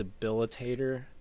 debilitator